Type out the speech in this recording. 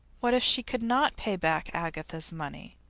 what if she could not pay back agatha's money?